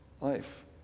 life